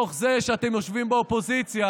מתוך זה שאתם יושבים באופוזיציה,